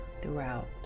throughout